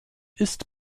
ist